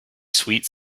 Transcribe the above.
sweet